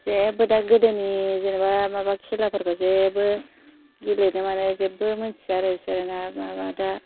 जेबो दा गोदोनि जेन'बा माबा खेलाफोरखौ जेबो गेलेनो माने जेब्बो मोनथिया आरो बिसोरना माबा दा